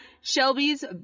Shelby's